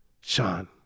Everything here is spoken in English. Sean